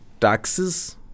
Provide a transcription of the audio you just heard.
taxes